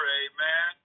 amen